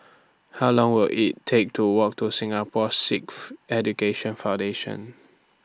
How Long Will IT Take to Walk to Singapore Sikh Education Foundation